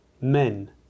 men